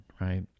Right